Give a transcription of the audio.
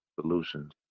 solutions